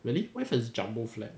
really what if it's like jumbo flat